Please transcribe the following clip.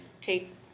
take